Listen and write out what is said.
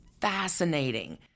fascinating